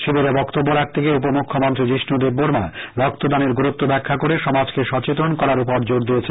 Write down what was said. শিবিরে বক্তব্য রাখতে গিয়ে উপ মুখ্যমন্ত্রী যিস্ণু দেববর্মা রক্তদানের গুরুত্ব ব্যাখ্যা করে সমাজকে সচেতন করার উপর জোর দেন